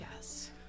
yes